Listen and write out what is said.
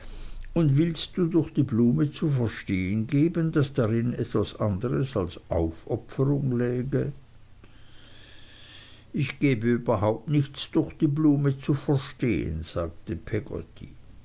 und willst du durch die blume zu verstehen geben daß darin etwas anderes als aufopferung läge ich gebe überhaupt nichts durch die blume zu verstehen sagte peggotty